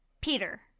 Peter